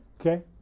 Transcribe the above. Okay